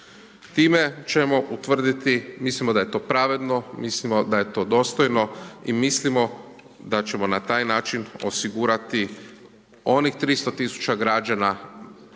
Time ćemo utvrditi, mislimo da je to pravedno, mislimo da je to dostojno i mislimo da ćemo na taj način osigurati onih 300 000 građana